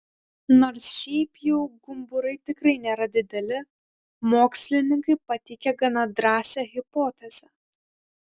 nors šiaip jau gumburai tikrai nėra dideli mokslininkai pateikė gana drąsią hipotezę